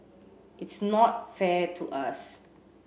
it's not fair to us